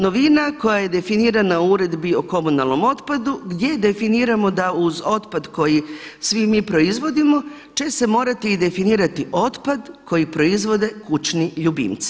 Novina koja je definirana u Uredbi o komunalnom otpadu gdje definiramo da uz otpad koji svi mi proizvodimo će se morati i definirati otpad koji proizvode kućni ljubimci.